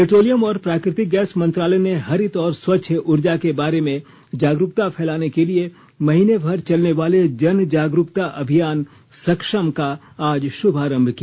petroleum और प्राकृतिक gas मंत्रालय ने हरित और स्वच्छ ऊर्जा के बारे में जागरूकता फैलाने के लिए महीने भर चलने वाले जन जागरूकता अभियान सक्षम का आज श्रभारंभ किया